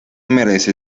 merece